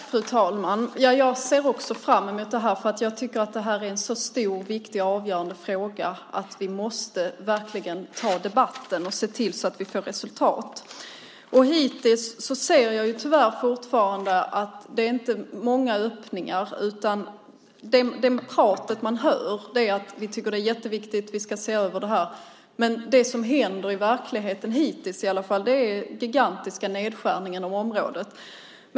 Fru talman! Jag ser också fram emot det, för jag tycker att det är en sådan stor, viktig och avgörande fråga att vi verkligen måste ta debatten och se till att vi får resultat. Hittills ser jag tyvärr att det fortfarande inte finns många öppningar. Det prat man hör är: Vi tycker att det är jätteviktigt, vi ska se över det här. Men det som händer i verkligheten, hittills i alla fall, är gigantiska nedskärningar inom området.